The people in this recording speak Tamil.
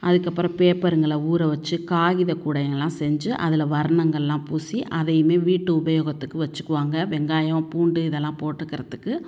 அதுக்கப்புறம் பேப்பருங்களை ஊற வெச்சு காகிதக் கூடைகள்லாம் செஞ்சு அதில் வர்ணங்கள்லாம் பூசி அதையுமே வீட்டு உபயோகத்துக்கு வெச்சிக்குவாங்க வெங்காயம் பூண்டு இதெல்லாம் போட்டுக்கிறதுக்கு